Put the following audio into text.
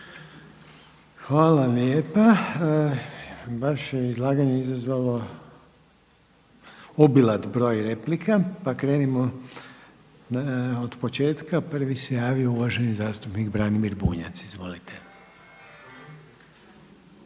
Hvala lijepa. Vaše izlaganje je izazvalo obilat broj replika, pa krenimo od početka. Prvi se javio uvaženi zastupnik Branimir Bunjac. Izvolite.